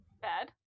bad